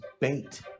bait